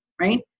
right